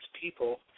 people